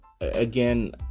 again